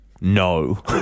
No